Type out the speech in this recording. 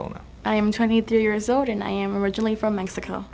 old i am twenty two years old and i am originally from mexico